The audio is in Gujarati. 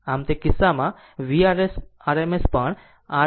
આમ તે કિસ્સામાં Vrms પણ r 0